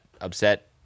upset